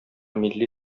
милли